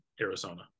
Arizona